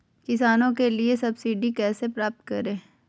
किसानों के लिए सब्सिडी कैसे प्राप्त करिये?